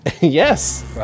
Yes